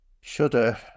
Shudder